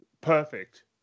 perfect